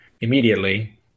immediately